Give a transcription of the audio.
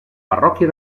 parròquia